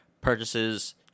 purchases